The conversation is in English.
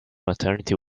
maternity